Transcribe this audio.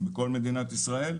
בכל מדינת ישראל?